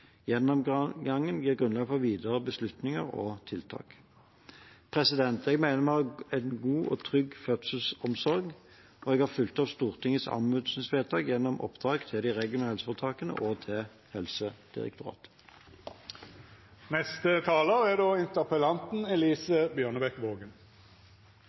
Gjennomgangen gir grunnlag for videre beslutninger og tiltak. Jeg mener vi har en god og trygg fødselsomsorg, og jeg har fulgt opp Stortingets anmodningsvedtak gjennom oppdrag til de regionale helseforetakene og til Helsedirektoratet. Jeg registrerer at statsråden er